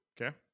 Okay